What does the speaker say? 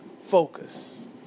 focus